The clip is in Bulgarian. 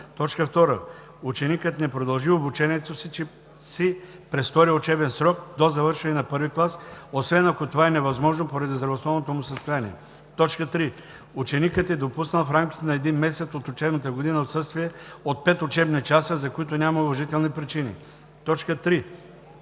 2. ученикът не продължи обучението си през втория учебен срок до завършване на първи клас, освен ако това е невъзможно поради здравословното му състояние; 3. ученикът е допуснал в рамките на един месец от учебната година отсъствия от 5 учебни часа, за които няма уважителни причини. 3.